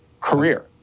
career